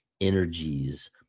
energies